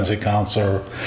Counselor